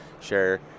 share